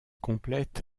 complète